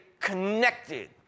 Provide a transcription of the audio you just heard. Connected